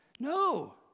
No